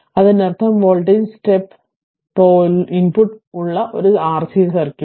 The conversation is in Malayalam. അതിനർത്ഥം വോൾട്ടേജ് സ്റ്റെപ്പ് ഇൻപുട്ട് ഉള്ള ഒരു RC സർക്യൂട്ട്